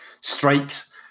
strikes